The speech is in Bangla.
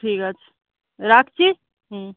ঠিক আছে রাখছি হুম